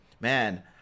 Man